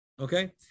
Okay